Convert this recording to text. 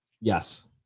Yes